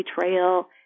betrayal